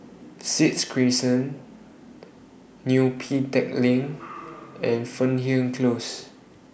six Crescent Neo Pee Teck Lane and Fernhill Close